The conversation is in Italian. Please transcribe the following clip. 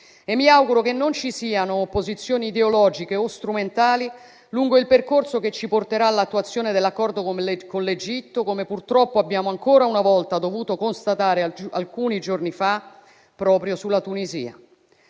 E mi auguro che non ci siano opposizioni ideologiche o strumentali lungo il percorso che ci porterà all'attuazione dell'accordo con l'Egitto, come purtroppo abbiamo ancora una volta dovuto constatare alcuni giorni fa proprio sulla Tunisia.